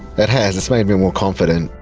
it has, it's made me more confident.